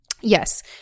yes